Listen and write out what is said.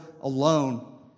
alone